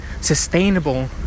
sustainable